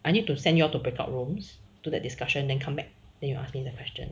I need to send you all to break out rooms do the discussion then come back then you ask me the question